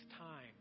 time